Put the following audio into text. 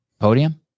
Podium